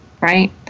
right